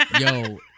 yo